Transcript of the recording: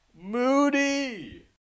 Moody